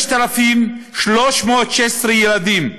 5,316 ילדים,